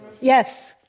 Yes